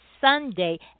sunday